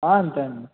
అంతే అండి